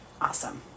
Awesome